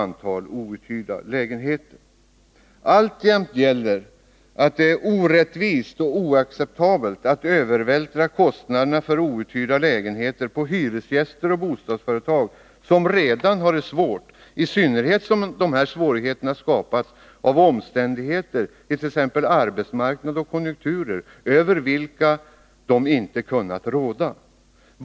Alltjämt gäller att det är orättvist och oacceptabelt att övervältra kostnaderna för outhyrda lägenheter på hyresgäster och bostadsföretag som redan har det svårt, i synnerhet som dessa svårigheter skapats av omständigheter över vilka de inte kunnat råda, t.ex. på arbetsmarknaden eller till följd av konjunkturer.